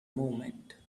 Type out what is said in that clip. moment